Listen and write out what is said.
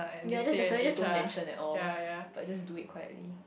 ya that's why just don't mention at all but just do it quietly